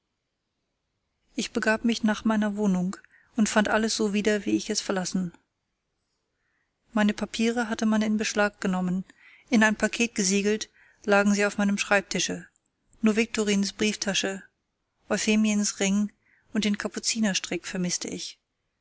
ich begab mich nach meiner wohnung und fand alles so wieder wie ich es verlassen meine papiere hatte man in beschlag genommen in ein paket gesiegelt lagen sie auf meinem schreibtische nur viktorins brieftasche euphemiens ring und den kapuzinerstrick vermißte ich